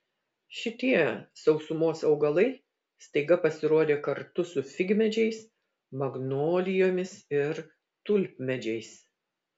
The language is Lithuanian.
šitie sausumos augalai staiga pasirodė kartu su figmedžiais magnolijomis ir tulpmedžiais